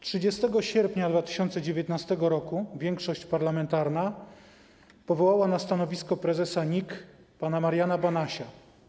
30 sierpnia 2019 r. większość parlamentarna powołała na stanowisko prezesa NIK pana Mariana Banasia.